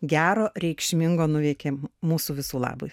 gero reikšmingo nuveikė mūsų visų labui